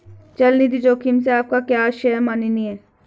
चल निधि जोखिम से आपका क्या आशय है, माननीय?